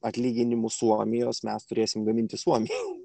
atlyginimus suomijos mes turėsime gaminti suomių